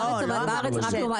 לא, לא אמרתי את זה.